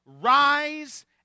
Rise